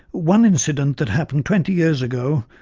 one incident that happened twenty years ago,